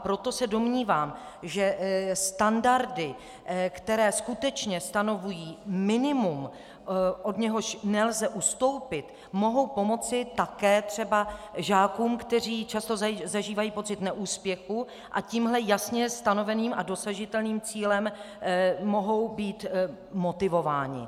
Proto se domnívám, že standardy, které skutečně stanovují minimum, od něhož nelze ustoupit, mohou pomoci také třeba žákům, kteří často zažívají pocit neúspěchu a tímhle jasně stanoveným a dosažitelným cílem mohou být motivováni.